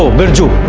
ah birju